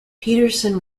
peterson